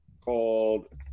called